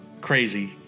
crazy